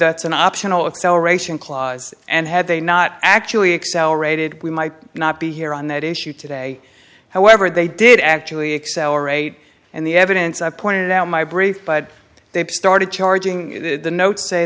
that's an optional acceleration clause and had they not actually accelerated we might not be here on that issue today however they did actually accelerate and the evidence i pointed out my brief but they started charging the notes say